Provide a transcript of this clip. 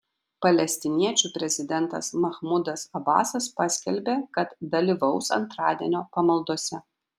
palestiniečių prezidentas mahmudas abasas paskelbė kad dalyvaus antradienio pamaldose